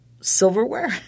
silverware